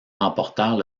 remportèrent